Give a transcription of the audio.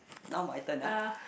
now my turn ah